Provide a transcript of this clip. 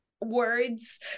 words